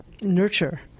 nurture